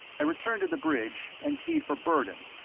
i returned to the bridge and keyed for bourdon,